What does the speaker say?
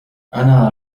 أنا